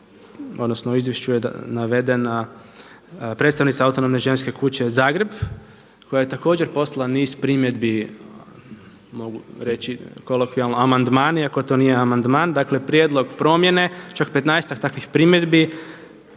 odnosno u izvješću je navedena predstavnica Autonomne ženske kuće Zagreb koja je poslala također niz primjedbi mogu reći kolokvijalno, amandmani, iako to nije amandman. Dakle, prijedlog promjene, čak petnaestak takvih primjedbi